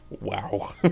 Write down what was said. Wow